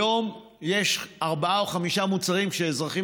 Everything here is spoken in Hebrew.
היום יש ארבעה או חמישה מוצרים שאזרחים